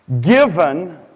given